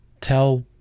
tell